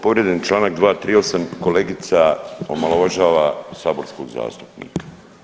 Povrijeđen je Članak 238., kolegica omalovažava saborskog zastupnika.